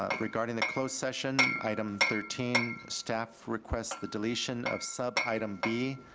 ah regarding the closed session, item thirteen, staff requests the deletion of sub item b,